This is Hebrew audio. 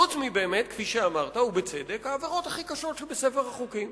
חוץ מהעבירות הכי קשות בספר החוקים,